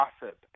gossip